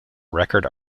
record